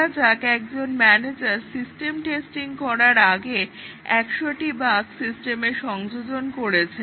ধরা যাক একজন ম্যানেজার সিস্টেম টেস্টিং করার আগে 100টি বাগ সিস্টেমে সংযোজন করেছেন